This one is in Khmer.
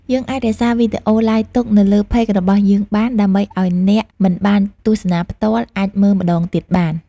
យើងអាចរក្សារវីដេអូឡាយទុកនៅលើ Page របស់យើងបាន ដើម្បីឲ្យអ្នកមិនបានទស្សនាផ្ទាល់អាចមើលម្តងទៀតបាន។